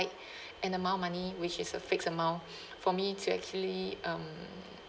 an amount of money which is a fixed amount for me to actually um